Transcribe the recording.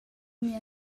mia